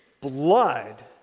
Blood